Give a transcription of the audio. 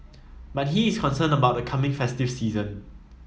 but he is concerned about the coming festive season